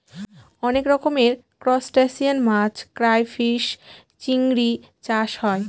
অনেক রকমের ত্রুসটাসিয়ান মাছ ক্রাইফিষ, চিংড়ি চাষ হয়